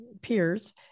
peers